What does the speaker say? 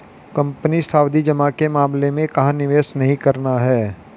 Company सावधि जमा के मामले में कहाँ निवेश नहीं करना है?